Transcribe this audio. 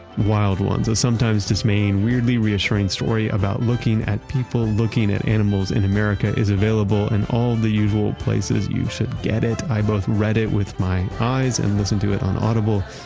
wild ones a sometimes dismaying, weirdly reassuring story about looking at people looking at animals in america is available in all the usual places. you should get it. i both read it with my eyes and listened to it on audible.